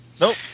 nope